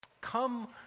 Come